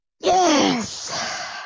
Yes